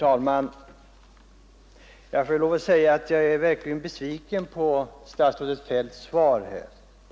Herr talman! Jag är verkligen besviken på herr Feldts svar.